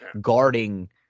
guarding